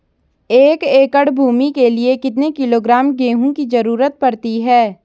एक एकड़ भूमि के लिए कितने किलोग्राम गेहूँ की जरूरत पड़ती है?